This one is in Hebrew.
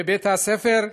בבתי-הספר,